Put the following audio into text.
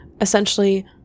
Essentially